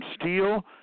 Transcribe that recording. steel